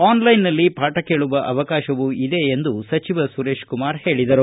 ಆನ್ಲೈನ್ನಲ್ಲಿ ಪಾಠ ಕೇಳುವ ಅವಕಾಶವೂ ಇದೆ ಎಂದು ಸಚಿವ ಸುರೇಶ್ಕುಮಾರ್ ಹೇಳಿದರು